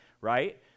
right